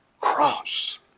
cross